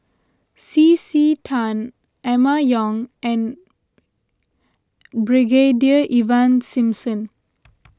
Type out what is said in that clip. C C Tan Emma Yong and Brigadier Ivan Simson